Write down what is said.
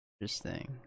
Interesting